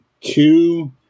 two